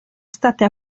state